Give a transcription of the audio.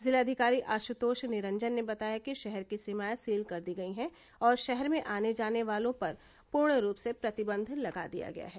जिलाधिकारी आशुतोष निरंजन ने बताया कि शहर की सीमाएं सील कर दी गयी हैं और शहर में आने जाने वालों पर पूर्ण रूप से प्रतिबंध लगा दिया गया है